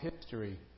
history